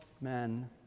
men